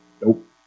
Nope